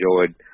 enjoyed